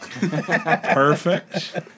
Perfect